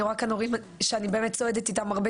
אני רואה כאן הורים שאני באמת צועדת איתם הרבה